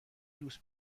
دوست